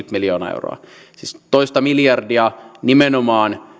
miljoonaa euroa siis toista miljardia tulee nimenomaan